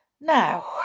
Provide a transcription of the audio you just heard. Now